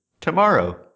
tomorrow